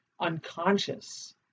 unconscious